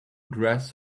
dress